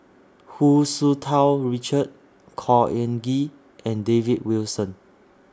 Hu Tsu Tau Richard Khor Ean Ghee and David Wilson